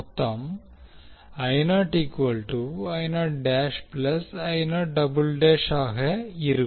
மொத்தம் ஆக இருக்கும்